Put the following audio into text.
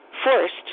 first